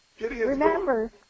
remember